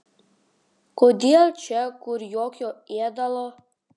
kodėl čia kur jokio ėdalo